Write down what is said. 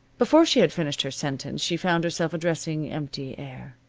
before she had finished her sentence she found herself addressing empty air.